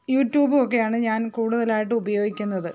യൂട്യൂബുമൊക്കെയാണ് ഞാൻ കൂടുതലായിട്ടും ഉപയോഗിക്കുന്നത്